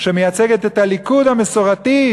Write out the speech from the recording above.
שמייצגת את הליכוד המסורתי,